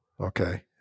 okay